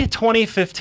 2015